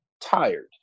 tired